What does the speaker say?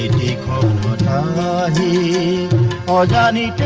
ah da da da ah da da da